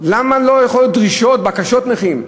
למה לא יכולות להיות דרישות, בקשות של נכים?